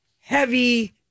heavy